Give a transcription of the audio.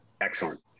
Excellent